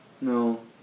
no